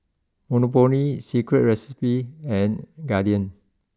Monopoly Secret Recipe and Guardian